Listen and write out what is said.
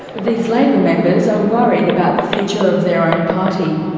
these labor members are worried about the future of their own party.